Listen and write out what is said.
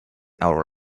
our